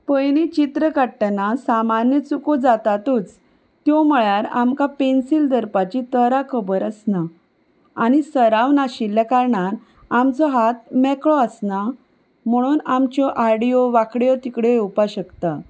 पयलीं चित्र काडटना सामान्य चुको जातातूच त्यो म्हळ्यार आमकां पेन्सील धरपाची तरा खबर आसना आनी सराव नाशिल्ल्या कारणान आमचो हात मेकळो आसना म्हणून आमच्यो आडयो वांकड्यो तिकड्यो येवपाक शकता